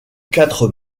quatre